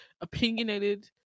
opinionated